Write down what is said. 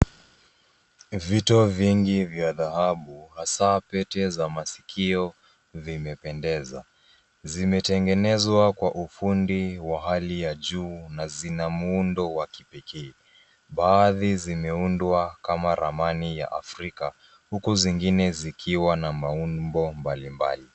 Vito vingi vya dhahabu hasaa pete za masikio vimependeza. Zimetengenezwa kwa ufundi wa hali ya juu na zina muundo wa kipekee. Baadhi zimeundwa kama ramani ya afrika, huku zingine zikiwa na maumbo mbali mbali.